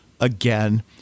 again